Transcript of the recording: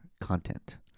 content